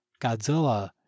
Godzilla